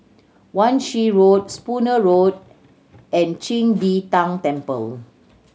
Wan Shih Road Spooner Road and Qing De Tang Temple